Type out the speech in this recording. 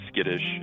skittish